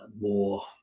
more